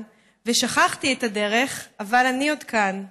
/ ושכחתי את הדרך / אבל אני עוד כאן.